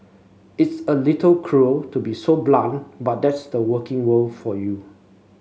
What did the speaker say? it's a little cruel to be so blunt but that's the working world for you